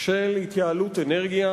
של התייעלות אנרגיה.